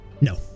No